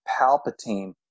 Palpatine